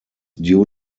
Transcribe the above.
due